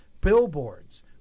Billboards